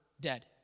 dead